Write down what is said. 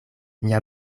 mia